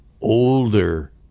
older